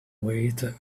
wait